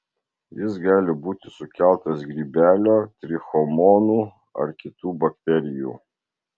jis gali būti sukeltas grybelio trichomonų ar kitų bakterijų